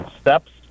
steps